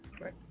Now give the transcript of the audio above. right